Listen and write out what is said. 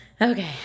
Okay